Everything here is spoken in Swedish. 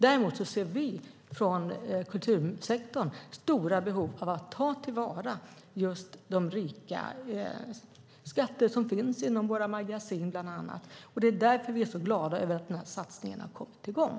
Däremot ser vi i kultursektorn stora behov av att ta till vara de rika skatter som bland annat finns i våra magasin. Det är därför vi är så glada över att den här satsningen har kommit i gång.